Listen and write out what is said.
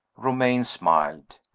romayne smiled.